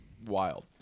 Wild